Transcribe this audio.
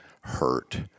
hurt